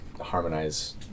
harmonize